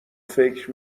فکر